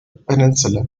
peninsula